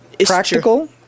Practical